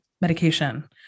medication